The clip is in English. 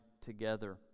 together